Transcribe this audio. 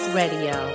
radio